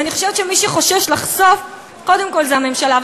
אני חושבת שמי שחושש לחשוף קודם כול זה הממשלה,